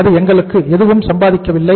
அது எங்களுக்கு எதுவும் சம்பாதிக்கவில்லை